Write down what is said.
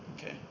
okay